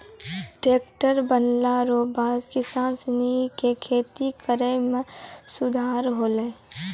tractor बनला रो बाद किसान सनी के खेती करै मे सुधार होलै